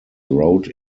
rode